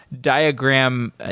diagram